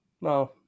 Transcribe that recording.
No